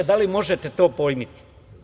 Da li možete to pojmiti?